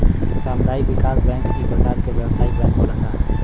सामुदायिक विकास बैंक इक परकार के व्यवसायिक बैंक होखेला